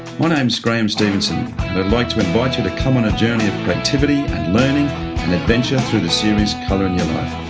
my name's graeme stevenson, and i'd like to invite you to come on a journey of creativity and learning and adventure through the series colour in your life.